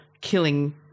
killing